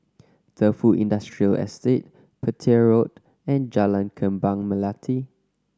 Defu Industrial Estate Petir Road and Jalan Kembang Melati